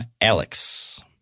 Alex